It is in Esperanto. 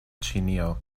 ĉinio